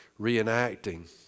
reenacting